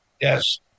Yes